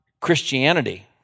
Christianity